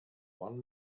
one